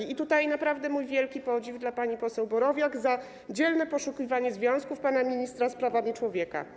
I tutaj naprawdę wyrażam wielki podziw dla pani poseł Borowiak za dzielne poszukiwanie związków pana ministra z prawami człowieka.